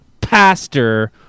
pastor